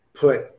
put